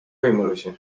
võimalusi